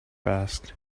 asked